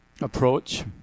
approach